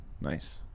Nice